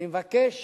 אני מבקש